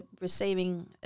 receiving